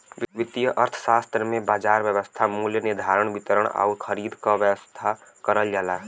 वित्तीय अर्थशास्त्र में बाजार व्यवस्था मूल्य निर्धारण, वितरण आउर खरीद क व्यवस्था करल जाला